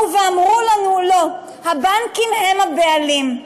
אמרו לנו: לא, הבנקים הם הבעלים.